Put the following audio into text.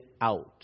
out